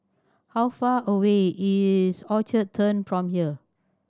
how far away is Orchard Turn from here